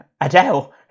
Adele